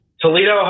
Toledo